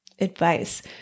advice